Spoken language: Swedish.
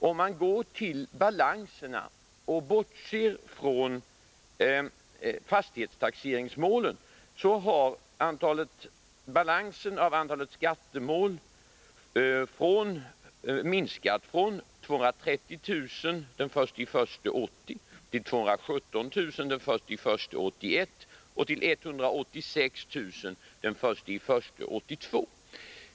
Om vi bortser från fastighetstaxeringsmålen, har balansen av antalet skattemål minskat från 230 000 den 1 januari 1980 till 217 000 den 1 januari 1981 och 186 000 den 1 januari 1982.